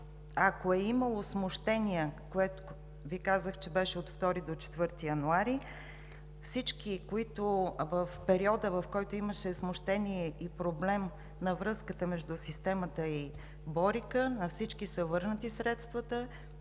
Ако е имало смущение, за което Ви казах, че беше от 2 до 4 януари, всички, които в периода, в който имаше смущение и проблем на връзката между системата и „Борика“, на всички са върнати средствата,